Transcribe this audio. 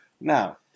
Now